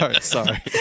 Sorry